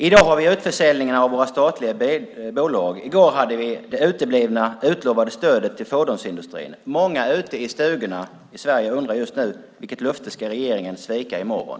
I dag har vi utförsäljningarna av våra statliga bolag. I går hade vi det uteblivna utlovade stödet till fordonsindustrin. Många ute i stugorna undrar just nu vilket löfte regeringen ska svika i morgon.